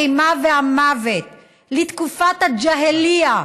האימה והמוות, לתקופת הג'האליה.